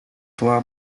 toi